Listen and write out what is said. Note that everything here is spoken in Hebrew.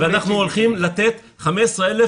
ואנחנו הולכים לתת מה שלא היה 15,000